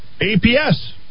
APS